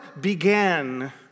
began